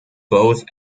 both